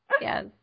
Yes